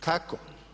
Kako?